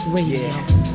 Radio